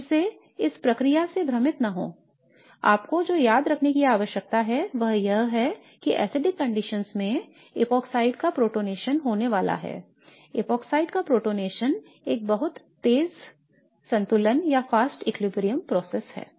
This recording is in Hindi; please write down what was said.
फिर से इस प्रक्रिया से भ्रमित न हों आपको जो याद रखने की आवश्यकता है वह यह है कि अम्लीय परिस्थितियों में एपॉक्साइड का प्रोटोनेशन होने वाला है इपॉक्साइड का प्रोटोनेशन एक बहुत तेज़ संतुलन प्रक्रिया है